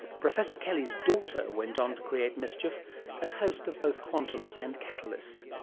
professor kelly's daughter went on to create mischief as host of both quantum and catalyst.